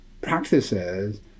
practices